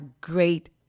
great